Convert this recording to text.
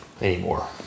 anymore